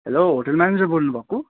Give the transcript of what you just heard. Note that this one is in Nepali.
हेलो होटेल म्यानेजर बोल्नु भएको